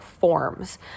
forms